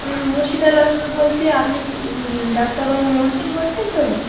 আমি মুর্শিদা লস্কর বলছি আপনি ডাক্তারবাবু মহসিন বলছেন তো